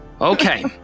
Okay